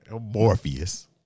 Morpheus